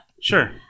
Sure